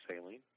saline